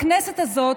הכנסת הזאת,